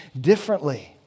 differently